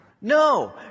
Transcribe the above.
No